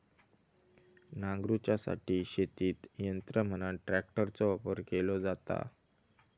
नांगरूच्यासाठी शेतीत यंत्र म्हणान ट्रॅक्टरचो वापर केलो जाता